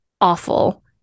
awful